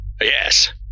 Yes